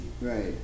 right